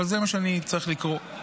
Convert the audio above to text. אבל זה מה שאני צריך לקרוא.